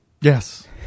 Yes